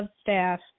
staff